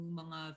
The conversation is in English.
mga